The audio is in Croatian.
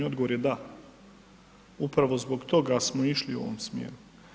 Odgovor je da, upravo zbog toga smo išli u ovom smjeru.